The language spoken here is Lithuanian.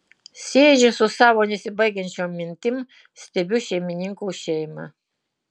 sėdžiu su savo nesibaigiančiom mintim stebiu šeimininkų šeimą